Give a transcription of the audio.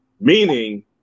meaning